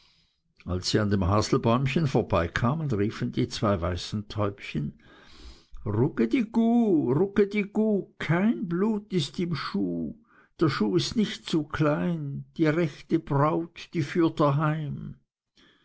als sie an dem haselbäumchen vorbeikamen riefen die zwei weißen täubchen rucke di guck rucke di guck kein blut im schuck der schuck ist nicht zu klein die rechte braut die führt